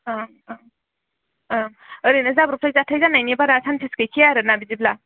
ओ ओ ओरैनो जाब्रबथाय जाथाय जानायनि बारा सान्सेस गैखाया आरोना बिदिब्ला